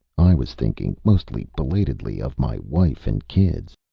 i was thinking mostly belatedly of my wife and kids.